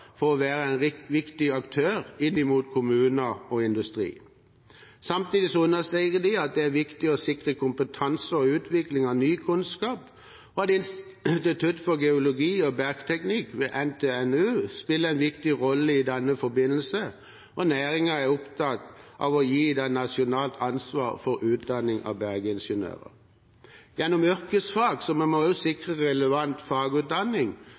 industri. Samtidig understreker de at det er viktig å sikre kompetanse og utvikling av ny kunnskap. Institutt for geologi og bergteknikk ved NTNU spiller en viktig rolle i den forbindelse, og næringen er opptatt av å gi dem nasjonalt ansvar for utdanning av bergingeniører. Gjennom yrkesfag må vi også sikre relevant fagutdanning